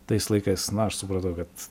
tais laikais na aš supratau kad